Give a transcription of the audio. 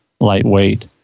lightweight